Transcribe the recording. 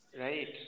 Right